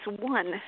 one